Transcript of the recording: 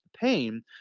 pain